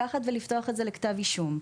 לקחת ולפתוח את זה לכתב אישום.